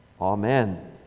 Amen